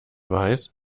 weiß